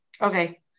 Okay